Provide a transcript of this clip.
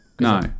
no